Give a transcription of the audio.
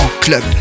club